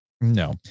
no